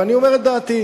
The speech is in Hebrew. ואני אומר את דעתי.